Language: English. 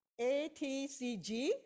ATCG